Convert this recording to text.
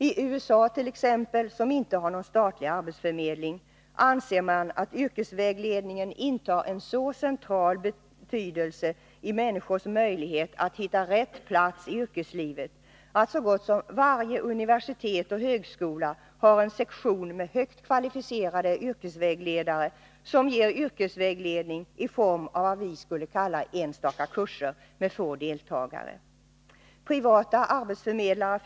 I USA t.ex., som inte har någon statlig arbetsförmedling, anser man att yrkesvägledningen har en så central betydelse för människors möjligheter att hitta rätt plats i yrkeslivet att så gott som varje universitet och högskola har en sektion med högt kvalificerade yrkesvägledare, som ger yrkesvägledning i form av vad vi skulle kalla ”enstaka kurser” med få deltagare. Det finns också privata arbetsförmedlare.